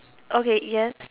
okay yes